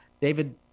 David